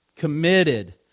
committed